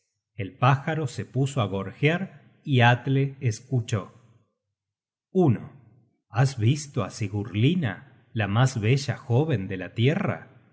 el pájaro se puso á gorgear y atle escuchó has visto á sigurlinna la mas bella joven de la tierra